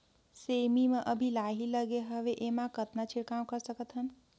सेमी म अभी लाही लगे हवे एमा कतना छिड़काव कर सकथन?